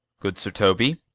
good sir toby!